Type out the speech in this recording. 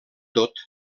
tot